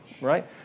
right